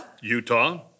Utah